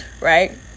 right